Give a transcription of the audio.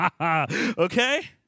Okay